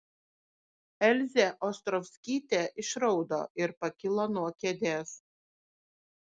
elzė ostrovskytė išraudo ir pakilo nuo kėdės